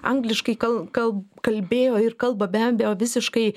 angliškai kal kal kalbėjo ir kalba be abejo visiškai